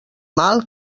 mal